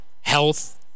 health